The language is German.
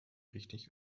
richtig